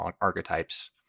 archetypes